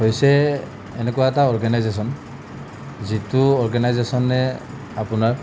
হৈছে এনেকুৱা এটা অৰ্গেনাইজেচন যিটো অৰ্গেনাইজেচনে আপোনাক